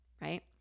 right